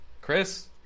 Chris